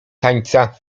tańca